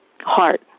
heart